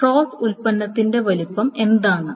cross ഉൽപ്പന്നത്തിന്റെ വലുപ്പം എന്താണ്